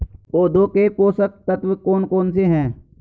पौधों के पोषक तत्व कौन कौन से हैं?